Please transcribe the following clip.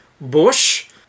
bush